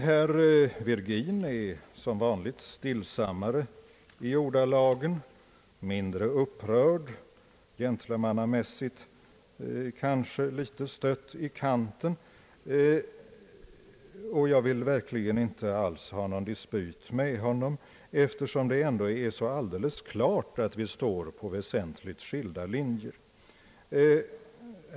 Herr Virgin är som vanligt stillsammare i ordalagen, mindre upprörd, gentlemannamässigt kanske litet stött i kanten, och jag vill verkligen inte alls ha någon dispyt med honom, eftersom det ändå är så alldeles klart att vi står på väsentligt skilda linjer.